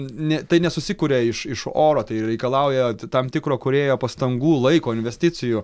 ne tai nesusikuria iš iš oro tai reikalauja tam tikro kūrėjo pastangų laiko investicijų